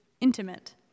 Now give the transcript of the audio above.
intimate